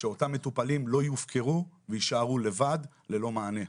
שאותם מטופלים לא יופקרו ויישארו לבד ללא מענה.